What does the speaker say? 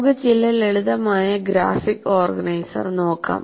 നമുക്ക് ചില ലളിതമായ ഗ്രാഫിക് ഓർഗനൈസർ നോക്കാം